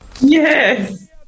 Yes